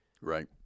right